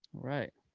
alright.